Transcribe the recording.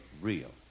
real